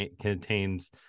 contains